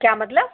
क्या मतलब